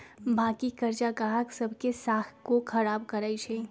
बाँकी करजा गाहक सभ के साख को खराब करइ छै